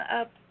up